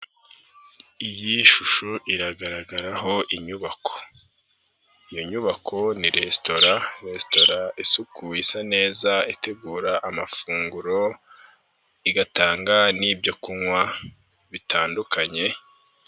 Iyi shusho iragaragaraho inyubako. lyo nyubako ni resitora resitora isukuye isa neza itegura amafunguro igatanga n'ibyokunywa bitandukanye.